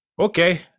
okay